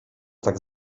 tak